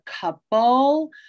couple